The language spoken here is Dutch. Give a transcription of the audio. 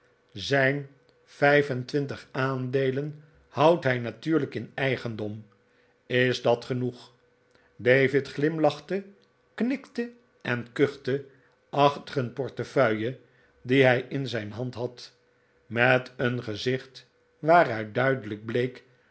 zijn vijf en twintig aandeelen houdt hijnatuurlijk in eigendom is dat genoeg david glimlachte knikte en kuchte achter een portefeuille die hij in zijn hand had met een gezicht waaruit duidelijk bleek